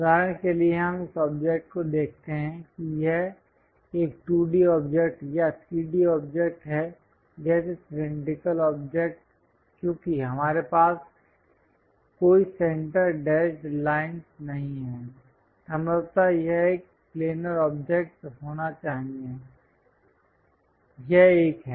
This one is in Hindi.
उदाहरण के लिए हम इस ऑब्जेक्ट को देखते हैं कि यह एक 2d ऑब्जेक्ट या 3d ऑब्जेक्ट है जैसे सिलैंडरिकल ऑब्जेक्ट क्योंकि हमारे पास कोई सेंटर डेशड् लाइनस् नहीं है संभवतः यह एक प्लेनर ऑब्जेक्ट होना चाहिए यह एक है